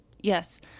Yes